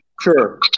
Sure